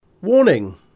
Warning